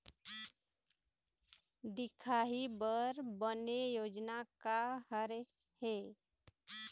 दिखाही बर बने योजना का हर हे?